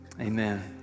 Amen